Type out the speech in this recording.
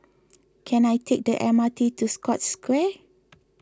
can I take the M R T to Scotts Square